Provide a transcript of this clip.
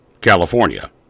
California